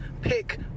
Pick